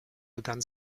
begann